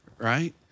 right